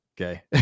Okay